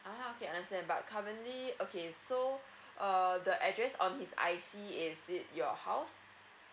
ah okay I understand but currently okay so err the address on his I_C is it your house